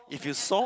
if you saw